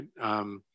right